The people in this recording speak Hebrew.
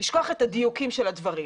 לשכוח את הדיוקים של הדברים.